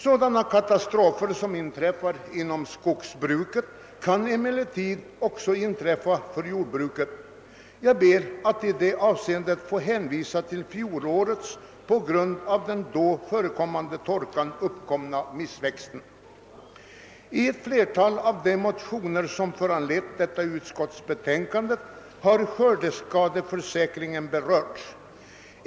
Sådana katastrofer som händer inom skogsbruket kan emellertid också inträffa för jordbruket. Jag ber att i det avseendet få hänvisa till fjolåret på grund av den då rådande torkan uppkomna missväxt. anlett detta utskottsbetänkande har skördeskadeförsäkringen berörts.